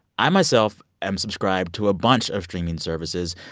i myself am subscribed to a bunch of streaming services.